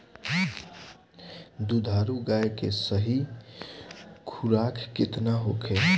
दुधारू गाय के सही खुराक केतना होखे?